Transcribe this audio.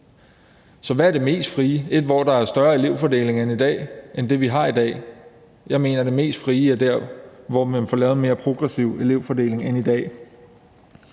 Så hvad er det mest frie? Er det, når der er en større grad af elevfordeling end det, vi har i dag? Jeg mener, at det mest frie er der, hvor man får lavet en mere progressiv elevfordeling end i dag.